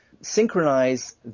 synchronize